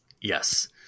Yes